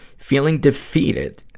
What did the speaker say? feeling defeated,